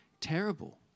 terrible